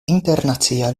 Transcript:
internacia